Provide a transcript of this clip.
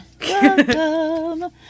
Welcome